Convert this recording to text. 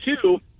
two